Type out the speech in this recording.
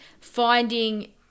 finding